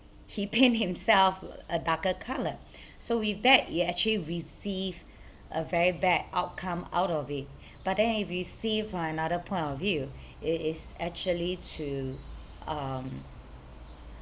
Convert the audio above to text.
he paint himself a darker colour so with that he actually received a very bad outcome out of it but then if you see from another point of view it is actually to um